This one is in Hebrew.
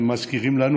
הם מזכירים לנו,